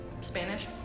Spanish